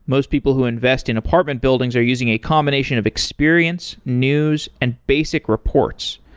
most people who invest in apartment buildings are using a combination of experience, news and basic reports.